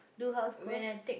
do house chores